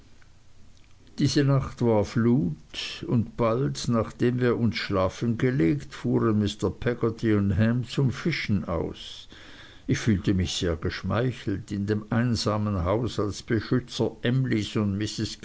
diese nacht war flut und bald nachdem wir uns schlafen gelegt fuhren mr peggotty und ham zum fischen aus ich fühlte mich sehr geschmeichelt in dem einsamen haus als beschützer emlys und